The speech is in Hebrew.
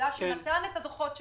שעובדה שהוא הגיש את הדוחות שלו,